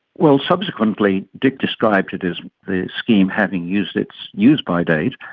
well, subsequently dick described it as the scheme having used its used-by date.